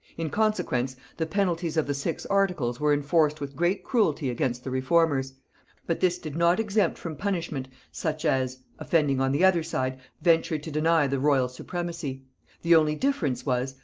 in consequence, the penalties of the six articles were enforced with great cruelty against the reformers but this did not exempt from punishment such as, offending on the other side, ventured to deny the royal supremacy the only difference was,